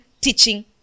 teaching